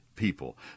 people